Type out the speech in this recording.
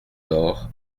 door